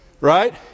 Right